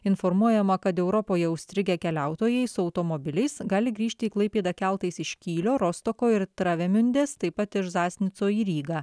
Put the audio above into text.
informuojama kad europoje užstrigę keliautojai su automobiliais gali grįžti į klaipėdą keltais iš kylio rostoko ir travemiundės taip pat iš zasnico į rygą